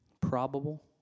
probable